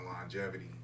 longevity